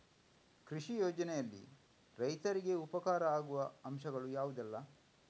ಕೃಷಿ ಯೋಜನೆಯಲ್ಲಿ ರೈತರಿಗೆ ಉಪಕಾರ ಆಗುವ ಅಂಶಗಳು ಯಾವುದೆಲ್ಲ?